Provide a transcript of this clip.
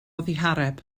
ddihareb